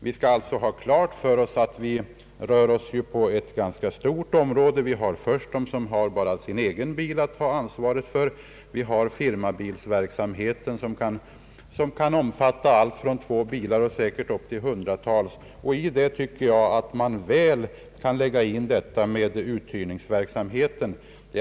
Vi skall alltså ha klart för oss att vi rör oss inom ett relativt stort område — vi har de som bara har sin egen bil att ta ansvar för, och vi har firmabilsverksamheten.